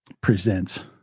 Presents